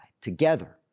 together